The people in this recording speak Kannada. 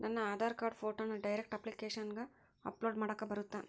ನನ್ನ ಆಧಾರ್ ಕಾರ್ಡ್ ಫೋಟೋನ ಡೈರೆಕ್ಟ್ ಅಪ್ಲಿಕೇಶನಗ ಅಪ್ಲೋಡ್ ಮಾಡಾಕ ಬರುತ್ತಾ?